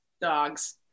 Dogs